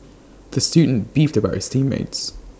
the student beefed about his team mates